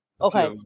Okay